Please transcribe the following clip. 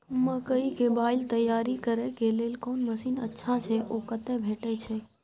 मकई के बाईल तैयारी करे के लेल कोन मसीन अच्छा छै ओ कतय भेटय छै